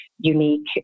unique